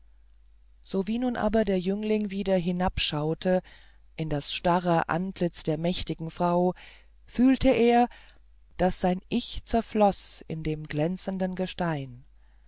sowie nun aber der jüngling wieder hinabschaute in das starre antlitz der mächtigen frau fühlte er daß sein ich zerfloß in dem glänzenden gestein